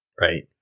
right